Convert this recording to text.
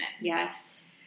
Yes